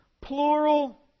plural